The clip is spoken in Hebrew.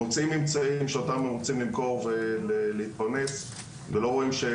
מוצאים ממצאים שאותם הם רוצים למכור ולהתפרנס ולא רואים שהם